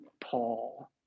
Paul